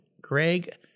Greg